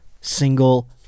single